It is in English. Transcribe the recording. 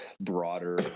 broader